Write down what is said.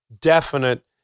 definite